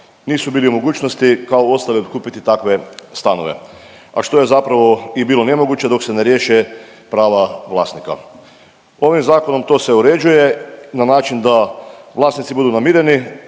nisu bili u mogućnosti kao ostali otkupiti takve stanove, a što je zapravo i bilo nemoguće dok se ne riješe prava vlasnika. Ovim zakonom to se uređuje na način da vlasnici budu namireni,